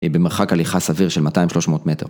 במרחק הליכה סביר של 200-300 מטר.